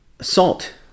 salt